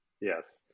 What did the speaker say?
yes